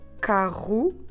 Carro